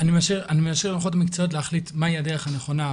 אני משאיר לרוחות המקצועיות להחליט מהי הדרך הנכונה,